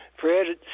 Fred